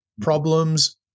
problems